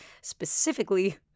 specifically